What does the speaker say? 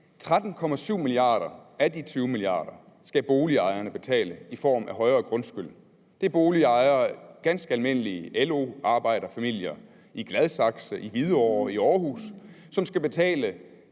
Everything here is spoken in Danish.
13,7 mia. kr. af de 20 mia. kr. skal boligejerne betale i form af højere grundskyld. Det er ganske almindelige LO-arbejderfamilier i Gladsaxe, i Hvidovre, i Aarhus, som skal betale